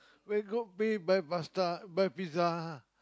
where got pay by pasta by pizza